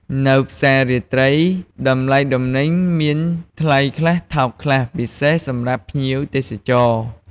នៅផ្សាររាត្រី តម្លៃទំនិញមានថ្លៃខ្លះ ថោកខ្លះ ពិសេសសម្រាប់ភ្ញៀវទេសចរ។